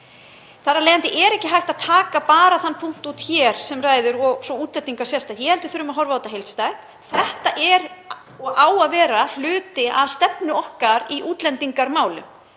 Þar af leiðandi er ekki hægt að taka bara þann punkt út sem hér um ræðir og svo útlendinga sérstaklega. Ég held við þurfum að horfa á þetta heildstætt. Þetta er og á að vera hluti af stefnu okkar í útlendingamálum.